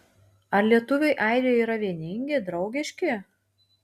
ar lietuviai airijoje yra vieningi draugiški